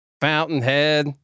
Fountainhead